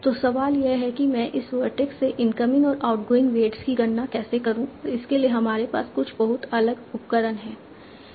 तो सवाल यह है कि मैं इस वर्टेक्स से इनकमिंग और आउटगोइंग वेट्स की गणना कैसे करूं और इसके लिए हमारे पास कुछ बहुत अलग उपकरण हैं